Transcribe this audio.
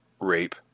Rape